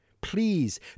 Please